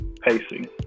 pacing